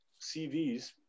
CVs